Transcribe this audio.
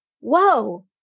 whoa